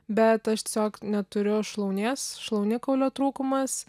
bet aš tiesiog neturiu šlaunies šlaunikaulio trūkumas